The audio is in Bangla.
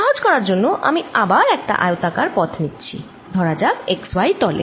সহজ করার জন্যে আমি আবার একটা আয়তাকার পথ নিচ্ছি ধরা যাক x y তলে